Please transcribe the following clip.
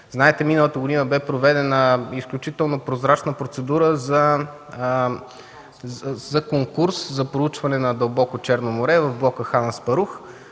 миналата година бе проведена изключително прозрачна процедура за конкурс за проучване на дълбоко Черно море в блока „Хан Аспарух”.